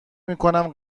میکنم